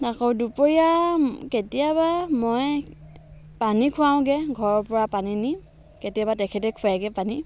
আকৌ দুপৰীয়া কেতিয়াবা মই পানী খুৱাওঁগৈ ঘৰৰ পৰা পানী নি কেতিয়াবা তেখেতে খুৱাইগৈ পানী